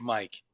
Mike